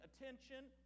attention